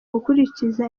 gukurikiza